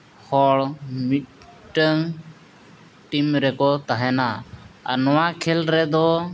ᱦᱚᱲ ᱢᱤᱫᱴᱟᱝ ᱴᱤᱢ ᱨᱮᱠᱚ ᱛᱟᱦᱮᱱᱟ ᱟᱨ ᱱᱚᱣᱟ ᱠᱷᱮᱞ ᱨᱮᱫᱚ